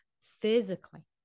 physically